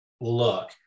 look